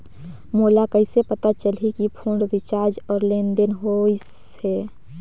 मोला कइसे पता चलही की फोन रिचार्ज और लेनदेन होइस हे?